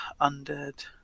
Undead